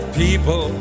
people